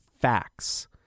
facts